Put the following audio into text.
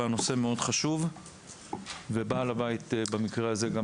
הנושא הזה מאוד חשוב ובמקרה הזה,